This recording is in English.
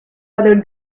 other